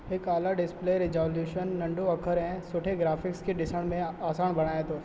हिकु आला display resolution नंढो अख़र ऐं सुठे ग्राफिक्स खे ॾिसण में आसान बणाए थो